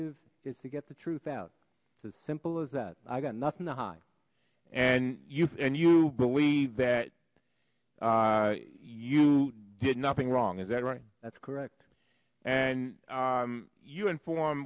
is to get the truth out as simple as that i got nothing to hide and you've and you believe that i you did nothing wrong is that right that's correct and arm you inform